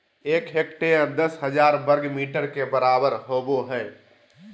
एक हेक्टेयर दस हजार वर्ग मीटर के बराबर होबो हइ